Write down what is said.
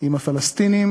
עם הפלסטינים.